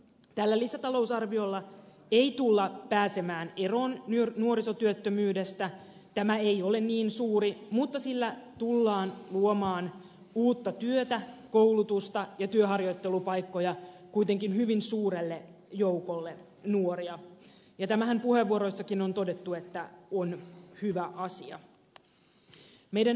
tällä lisätalousarviolla ei tulla pääsemään eroon nuorisotyöttömyydestä tämä ei ole niin suuri mutta sillä tullaan luomaan uutta työtä koulutusta ja työharjoittelupaikkoja kuitenkin hyvin suurelle joukolle nuoria ja puheenvuoroissakin on todettu että tämä on hyvä asia